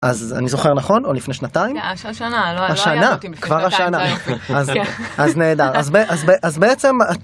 אז אני זוכר נכון עוד לפני שנתיים. השנה השנה כבר השנה אז נהדר אז בעצם.